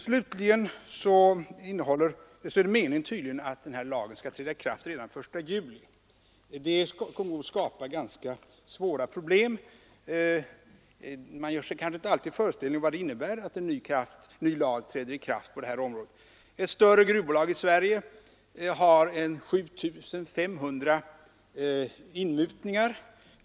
Slutligen är det tydligen meningen att denna lag skall träda i kraft redan den 1 juli. Det kommer nog att skapa ganska svåra problem. Man gör sig kanske inte alltid en riktig föreställning om vad det innebär när en ny lag träder i kraft på detta område. Ett större gruvbolag i Sverige har kanske 7 500 inmutningar.